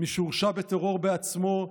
מי שהורשע בטרור בעצמו,